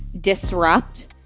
disrupt